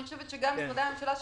גם משרדי הממשלה,